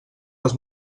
les